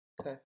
Okay